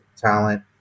talent